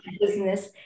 business